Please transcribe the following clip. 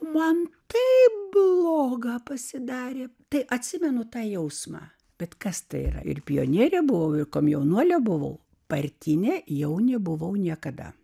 man taip bloga pasidarė tai atsimenu tą jausmą bet kas tai yra ir pionierė buvau komjaunuolė buvau partinė jau nebuvau niekada